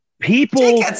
People